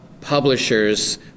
publishers